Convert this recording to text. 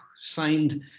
signed